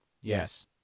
Yes